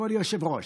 כבוד היושב-ראש,